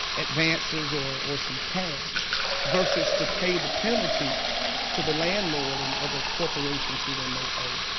advances or or some cash versus to pay the penalty to the landlord in other corporations who they may owe.